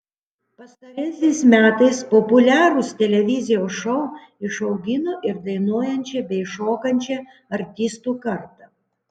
pastaraisiais metais populiarūs televizijos šou išaugino ir dainuojančią bei šokančią artistų kartą